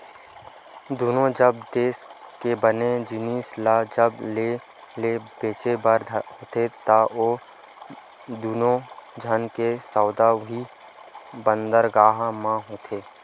दुनों जब देस के बने जिनिस ल जब लेय ते बेचें बर होथे ता ओ दुनों झन के सौदा उहीं बंदरगाह म होथे